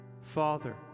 father